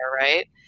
right